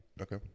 okay